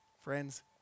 Friends